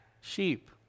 sheep